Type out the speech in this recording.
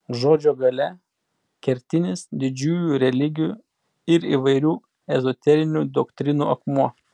žodžio galia kertinis didžiųjų religijų ir įvairių ezoterinių doktrinų akmuo